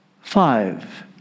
Five